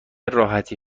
راحتی